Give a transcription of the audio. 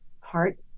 heart